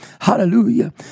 Hallelujah